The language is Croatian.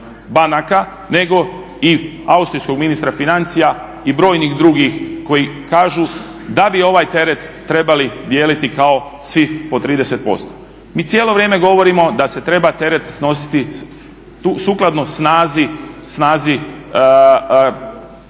banaka nego i austrijskog ministra financija i brojnih drugih koji kažu da bi ovaj teret trebali dijeliti kao svi po 30%. Mi cijelo vrijeme govorimo da se treba teret snositi sukladno snazi